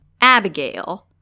Abigail